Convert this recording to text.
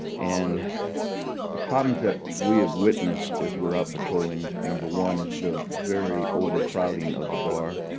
and the problems that we have witnessed as we're out patrolling, number one, is the very overcrowding of the bar.